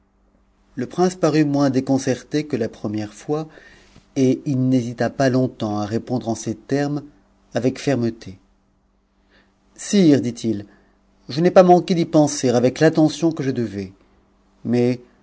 le prince parut moins déconcerté que la première fois et il n'hestt pas longtemps à répondre en ces termes avec fermeté sire dit n'ai pas manqué d'y penser avec l'attention que je devais mais